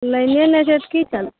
लाइने नहि छै तऽ कि चलतै